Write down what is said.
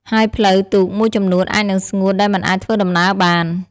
ហើយផ្លូវទូកមួយចំនួនអាចនឹងស្ងួតដែលមិនអាចធ្វើដំណើរបាន។